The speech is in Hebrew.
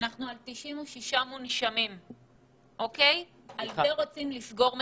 96 מונשמים - על זה רוצים לסגור מדינה.